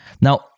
Now